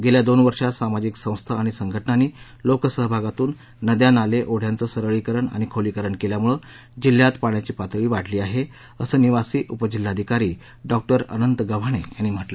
गेल्या दोन वर्षात सामाजिक संस्था आणि संघटनांनी लोकसहभागातुन नद्या नाले ओढ्याचं सरळीकरण आणि खोलीकरण केल्यामुळे जिल्ह्यात पाण्याची पातळी वाढली आहे असं निवासी उपजिल्हाधिकारी डॉ अनंत गव्हाणे यांनी सांगितलं